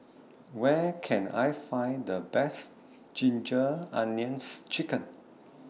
Where Can I Find The Best Ginger Onions Chicken